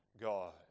God